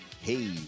Hey